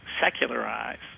secularize